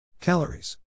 Calories